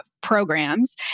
programs